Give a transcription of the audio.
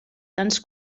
tants